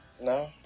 No